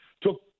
Took